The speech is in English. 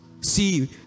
See